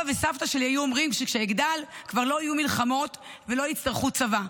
וסבתא שלי היו אומרים שכשאגדל כבר לא יהיו מלחמות ולא יצטרכו צבא.